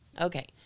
Okay